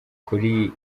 kugira